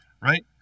right